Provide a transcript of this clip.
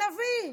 נביא.